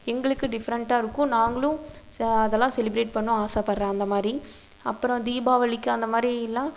எங்களுக்கு டிஃப்ரெண்டாக இருக்கும் நாங்களும் சே அதெல்லாம் செலிபிரேட் பண்ணணும் ஆசைப்படுறேன் அந்த மாதிரி அப்புறம் தீபாவளிக்கு அந்த மாதிரிலாம்